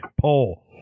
poll